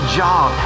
job